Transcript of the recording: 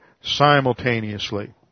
simultaneously